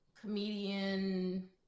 comedian